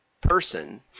person